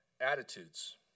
attitudes